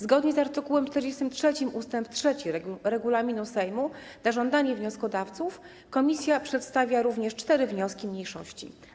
Zgodnie z art. 43 ust. 3 regulaminu Sejmu na żądanie wnioskodawców komisja przedstawia również cztery wnioski mniejszości.